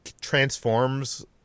transforms